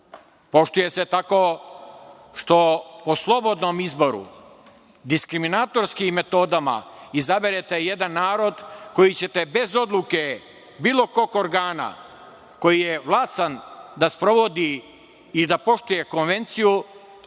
Poštuje se tako što po slobodnom izboru diskriminatorski metodama izaberete jedan narod koji ćete bez odluke bilo kog organa koji je vlasan da sprovodi i da poštuje konvenciju